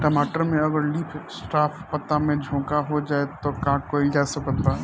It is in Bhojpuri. टमाटर में अगर लीफ स्पॉट पता में झोंका हो जाएँ त का कइल जा सकत बा?